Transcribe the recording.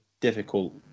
difficult